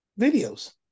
videos